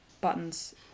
buttons